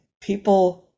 people